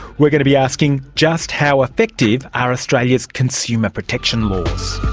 we're going to be asking just how effective are australia's consumer protection laws.